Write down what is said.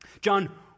John